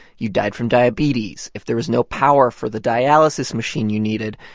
you died from diabetes. if there was no power for the dialysis machine you needed,